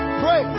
pray